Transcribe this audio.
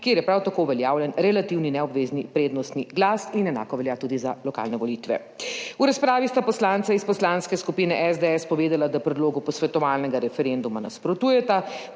kjer je prav tako uveljavljen relativni neobvezni prednostni glas in enako velja tudi za lokalne volitve. V razpravi sta poslanca iz Poslanske **58. TRAK (VI) 17.35** (nadaljevanje) skupine SDS povedala, da predlogu posvetovalnega referenduma nasprotujeta.